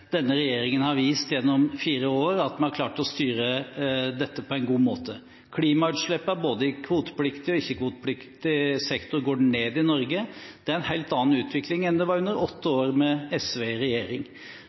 denne regjeringen har vist gjennom fire år at vi har klart å styre dette på en god måte. Klimautslippene, både i kvotepliktig og i ikke-kvotepliktig sektor, går ned i Norge. Det er en helt annen utvikling enn den som var under åtte